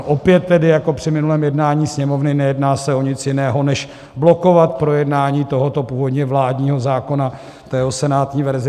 Opět tedy jako při minulém jednání Sněmovny se nejedná o nic jiného než blokovat projednání tohoto původně vládního zákona, jeho senátní verzi.